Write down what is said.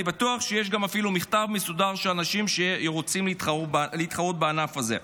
אני בטוח שיש גם אפילו מכתב מסודר של אנשים שרוצים להתחרות בענף הזה.